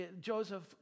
Joseph